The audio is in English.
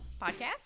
podcast